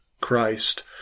Christ